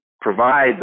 provide